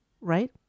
right